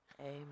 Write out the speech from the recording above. Amen